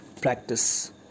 practice